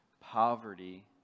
poverty